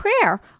prayer